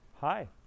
hi